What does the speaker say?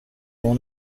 اون